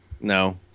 No